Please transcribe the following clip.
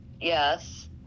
yes